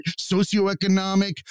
socioeconomic